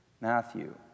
Matthew